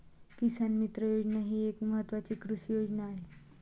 किसान मित्र योजना ही एक महत्वाची कृषी योजना आहे